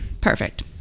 perfect